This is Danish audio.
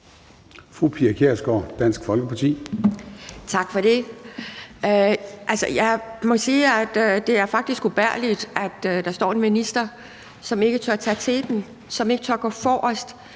Pia Kjærsgaard (DF): Tak for det. Altså, jeg må sige, at det faktisk er ubærligt, at der står en minister, som ikke tør tage teten, som ikke tør gå forrest.